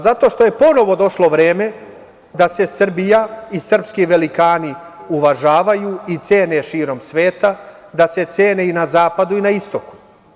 Zato što je ponovo došlo vreme da se Srbija i srpski velikani uvažavaju i cene širom sveta, da se cene i na zapadu i na istoku.